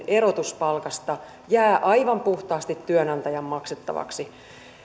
erotus palkasta jää aivan puhtaasti työnantajan maksettavaksi